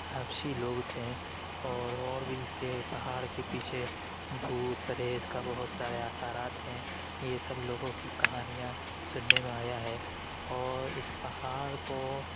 حبشی لوگ تھے اور اور بھی اس کے پہاڑ کے پیچھے بھوت پریت کا بہت سارے اثرات ہیں یہ سب لوگوں کی کہانیاں سننے میں آیا ہے اور اس پہاڑ کو